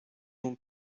اون